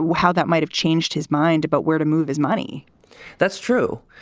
how that might have changed his mind about where to move his money that's true.